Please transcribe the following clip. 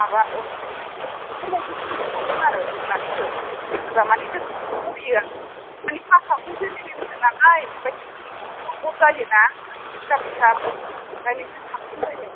माबा अन्नानै बेफोरबायदि बुंनो हागोन आरो बुंनानै हो होनबा एसे साबसिन बुजियो आरो मानि क्लासाथ' जेनेरेलसो नालाय ओमफ्राय टिउसना एसे गद गद जायोना एसे खुथार खुथार ओंखायनो एसे साबसिन जायो